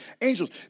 Angels